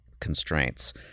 constraints